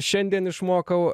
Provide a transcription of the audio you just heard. šiandien išmokau